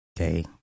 Okay